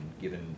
given